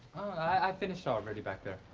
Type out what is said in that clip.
i finished already back there.